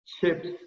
chips